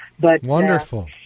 Wonderful